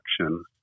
action